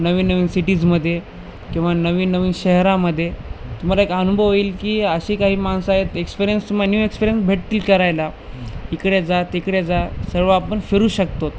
नवीन नवीन सिटीजमध्ये किंवा नवीन नवीन शहरामध्ये तुम्हाला एक अनुभव येईल की अशी काही माणसं आहेत एक्सपिरियन्स तु मग न्यू एक्सपिरियन्स भेटतील करायला इकडे जा तिकडे जा सर्व आपण फिरू शकतो